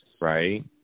right